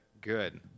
Good